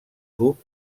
tub